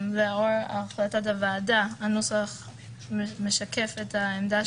לאור החלטת הוועדה הנוסח משקף את העמדה